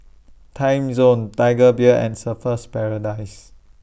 Timezone Tiger Beer and Surfer's Paradise